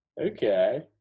Okay